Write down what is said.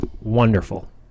wonderful